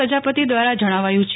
પ્રજાપતિ દ્વારા જણાવાયું છે